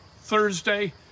Thursday